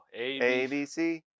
ABC